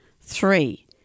Three